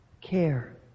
care